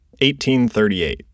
1838